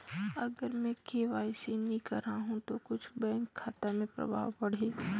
अगर मे के.वाई.सी नी कराहू तो कुछ बैंक खाता मे प्रभाव पढ़ी?